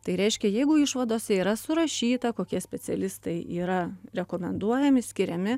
tai reiškia jeigu išvadose yra surašyta kokie specialistai yra rekomenduojami skiriami